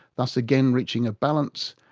thus again reaching a balance,